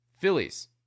Phillies